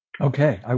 Okay